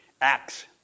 Acts